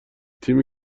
تیمی